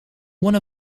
one